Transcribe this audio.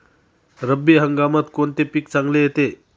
रब्बी हंगामात कोणते पीक चांगले येते?